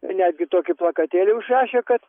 netgi tokį plakatėlį užrašę kad